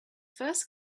first